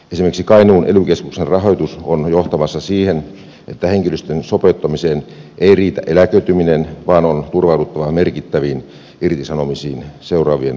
esimerkiksi kainuun ely keskuksen rahoitus on johtamassa siihen että henkilöstön sopeuttamiseen ei riitä eläköityminen vaan on turvauduttava merkittäviin irtisanomisiin seuraavien vuosien aikana